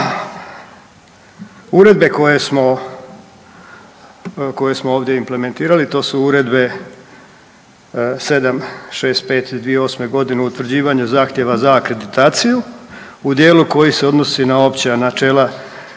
Uredbe koje smo ovdje implementirali, to su Uredbe 765 2008. g. o utvrđivanju zahtjeva za akreditaciju u dijelu koji se odnosi na opća načela